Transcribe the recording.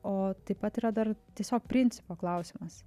o taip pat yra dar tiesiog principo klausimas